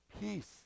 peace